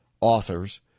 authors